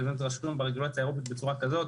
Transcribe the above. זה באמת רשום ברגולציה האירופית בצורה כזאת.